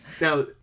Now